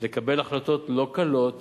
לקבל החלטות לא קלות